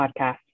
podcast